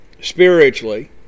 spiritually